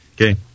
Okay